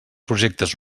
projectes